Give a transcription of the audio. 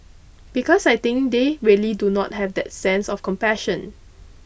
because I think they really do not have that sense of compassion